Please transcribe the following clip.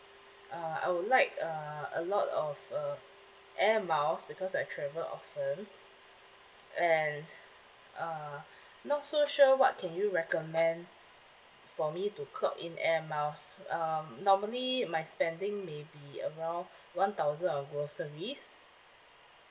uh I would like uh a lot of uh air miles because I travel often and uh not so sure what can you recommend for me to clock in air miles um normally my spending may be around one thousand of groceries